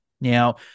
Now